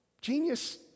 genius